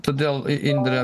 todėl indre